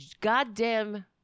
goddamn